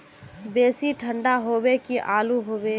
बेसी ठंडा होबे की आलू होबे